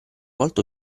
volta